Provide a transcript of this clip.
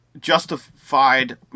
Justified